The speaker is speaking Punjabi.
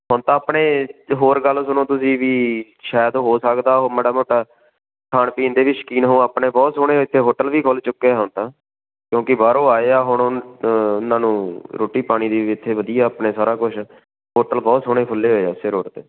ਹੁਣ ਤਾਂ ਆਪਣੇ ਹੋਰ ਗੱਲ ਸੁਣੋ ਤੁਸੀਂ ਵੀ ਸ਼ਾਇਦ ਹੋ ਸਕਦਾ ਉਹ ਮਾੜਾ ਮੋਟਾ ਖਾਣ ਪੀਣ ਦੇ ਵੀ ਸ਼ੌਕੀਨ ਹੋ ਆਪਣੇ ਬਹੁਤ ਸੋਹਣੇ ਇੱਥੇ ਹੋਟਲ ਵੀ ਖੁੱਲ੍ਹ ਚੁੱਕੇ ਆ ਹੁਣ ਤਾਂ ਕਿਉਂਕਿ ਬਾਹਰੋਂ ਆਏ ਆ ਹੁਣ ਉਹ ਉਹਨਾਂ ਨੂੰ ਰੋਟੀ ਪਾਣੀ ਦੀ ਵੀ ਇੱਥੇ ਵਧੀਆ ਆਪਣੇ ਸਾਰਾ ਕੁਝ ਹੋਟਲ ਬਹੁਤ ਸੋਹਣੇ ਖੁੱਲ੍ਹੇ ਹੋਏ ਆ ਇਸੇ ਰੋਡ 'ਤੇ